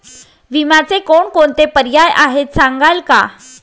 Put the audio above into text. विम्याचे कोणकोणते पर्याय आहेत सांगाल का?